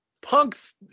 Punk's